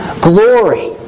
Glory